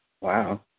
Wow